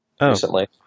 recently